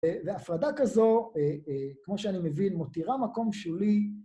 וההפרדה כזו, כמו שאני מבין, מותירה מקום שולי